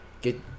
Get